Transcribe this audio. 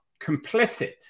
complicit